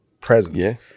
presence